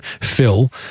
Phil